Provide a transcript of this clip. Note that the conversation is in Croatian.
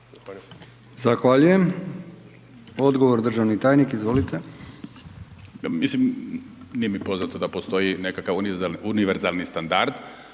Zahvaljujem. Odgovor, državni tajnik, izvolite. **Martinović, Juro** Mislim, nije mi poznato da postoji nekakav, on je univerzalni standard,